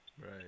Right